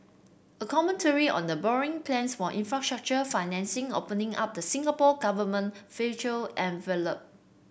a commentary on the borrowing plans for infrastructure financing opening up the Singapore Government fiscal envelope